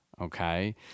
okay